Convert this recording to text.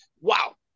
Wow